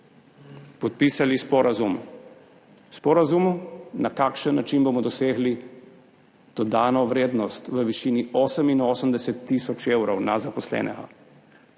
podpisali sporazum, sporazum, na kakšen način bomo dosegli Dodano vrednost v višini 88 tisoč evrov na zaposlenega.